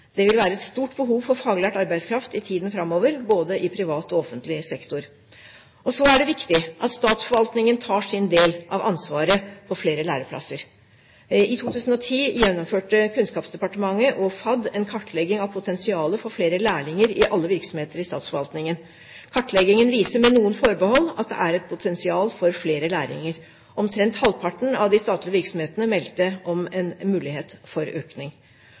Det vil være et stort behov for faglært arbeidskraft i tiden framover, både i privat og offentlig sektor. Det er viktig at statsforvaltningen tar sin del av ansvaret for flere læreplasser. I 2010 gjennomførte Kunnskapsdepartementet og FAD en kartlegging av potensialet for flere lærlinger i alle virksomheter i statsforvaltningen. Kartleggingen viser, med noen forbehold, at det er et potensial for flere lærlinger: Omtrent halvparten av de statlige virksomhetene meldte om en mulighet for økning.